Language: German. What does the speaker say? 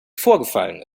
vorgefallen